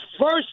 first